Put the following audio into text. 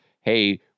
hey